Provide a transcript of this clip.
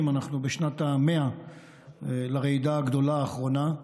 אנחנו בשנת ה-100 לרעידה הגדולה האחרונה,